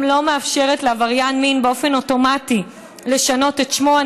שלא מאפשרת לעבריין מין באופן אוטומטי לשנות את שמו.